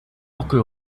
buckel